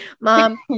mom